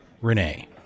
Renee